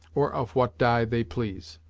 or of what dye they please.